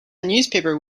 newspaper